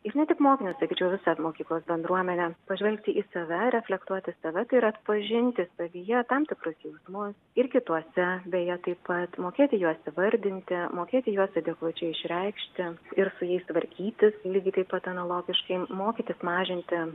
ir ne tik mokinius sakyčiau visą mokyklos bendruomenę pažvelgti į save reflektuoti save ir atpažinti savyje tam tikrus jausmus ir kituose beje taip pat mokėti juos įvardinti mokėti juos adekvačiai išreikšti ir su jais tvarkytis lygiai taip pat analogiškai mokytis mažinti